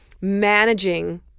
managing